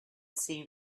seen